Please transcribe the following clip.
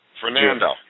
Fernando